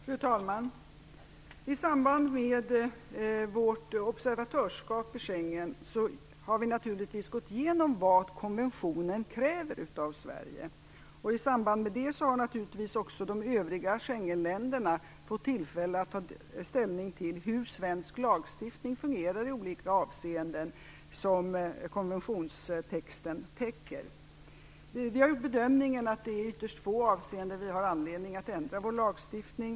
Fru talman! I samband med vårt observatörsskap i Schengen har vi naturligtvis gått igenom vad konventionen kräver av Sverige. I samband med det har naturligtvis också de övriga Schengenländerna fått tillfälle att ställning till hur svensk lagstiftning fungerar i olika avseenden som konventionstexten täcker. Vi har gjort bedömningen att det är i ytterst få avseenden som vi har anledning att ändra vår lagstiftning.